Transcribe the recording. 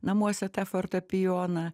namuose tą fortepijoną